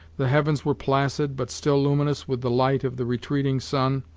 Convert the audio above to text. the heavens were placid, but still luminous with the light of the retreating sun,